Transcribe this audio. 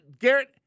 Garrett